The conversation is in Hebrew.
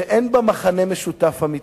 שאין בה מכנה משותף אמיתי,